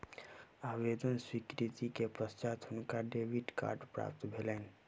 आवेदन स्वीकृति के पश्चात हुनका डेबिट कार्ड प्राप्त भेलैन